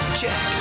check